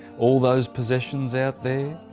all those possessions out there?